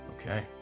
Okay